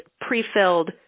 pre-filled